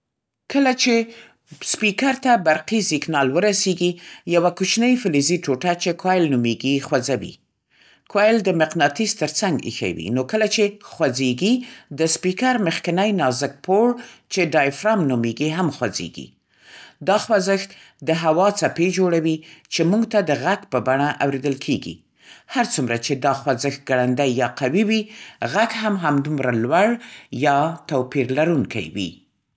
کله چې سپیکر ته برقي سیګنال ورسېږي، یوه کوچنۍ فلزي ټوټه چې کوایل نومېږي خوځوي. کوایل د مقناطیس ترڅنګ ایښی وي. نو کله چې خوځېږي، د سپیکر مخکینی نازک پوړ، چې ډایفرام نومېږي، هم خوځېږي. دا خوځښت د هوا څپې جوړوي، چې موږ ته د غږ په بڼه اورېدل کېږي. هر څومره چې دا خوځښت ګړندی یا قوي وي، غږ هم همدومره لوړ یا توپیر لرونکی وي.